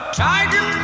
tiger